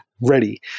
ready